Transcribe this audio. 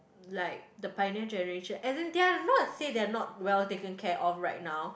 like the pioneer generation as in they're not say they are not well taken care all right now